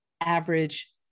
average